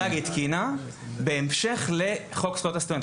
תוכנית שהמל"ג התקינה בהמשך לחוק זכויות הסטודנט.